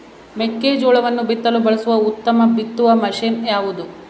ಮೆಕ್ಕೆಜೋಳವನ್ನು ಬಿತ್ತಲು ಬಳಸುವ ಉತ್ತಮ ಬಿತ್ತುವ ಮಷೇನ್ ಯಾವುದು?